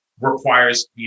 Requires